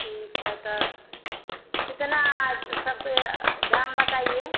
ठीक है तो कितना सबके दाम बताइए